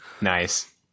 Nice